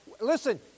Listen